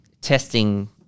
testing